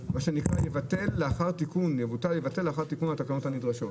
"יבטל לאחר תיקון התקנות הנדרשות".